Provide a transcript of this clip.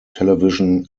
television